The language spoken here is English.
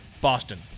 Boston